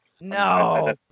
No